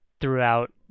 throughout